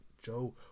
Joe